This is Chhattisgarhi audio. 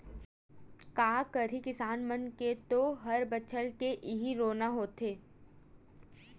का करही किसान मन के तो हर बछर के इहीं रोना होथे